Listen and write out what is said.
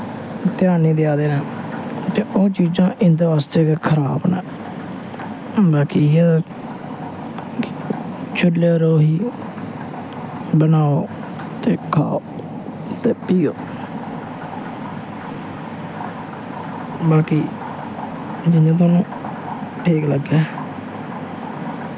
ध्यान निं देआ दे न ते ओह् चीजां इं'दे बास्तै गै खराब न बाकी इ'यै चूह्ले पर ई बनाओ ते खाओ ते पियो बाकी जि'यां तुहानूं ठीक लग्गै